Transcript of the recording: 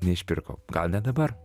neišpirko gal ne dabar